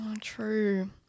True